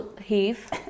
heave